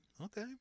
Okay